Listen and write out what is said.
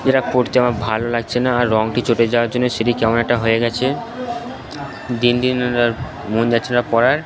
যেটা পরতে আমার ভালো লাগছে না আর রঙটি চটে যাওয়ার জন্য সেটি কেমন একটা হয়ে গেছে দিন দিন আর মন যাচ্ছে না পরার